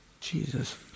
Jesus